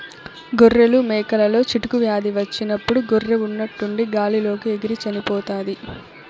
గొర్రెలు, మేకలలో చిటుకు వ్యాధి వచ్చినప్పుడు గొర్రె ఉన్నట్టుండి గాలి లోకి ఎగిరి చనిపోతాది